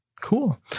cool